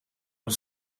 een